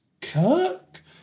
Kirk